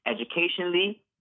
educationally